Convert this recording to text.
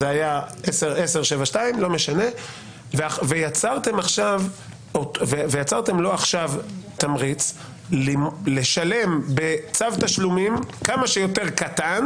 אז זה היה 10.72%. יצרתם לא עכשיו תמריץ לשלם בצו תשלומים כמה שיותר קטן